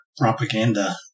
propaganda